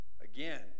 again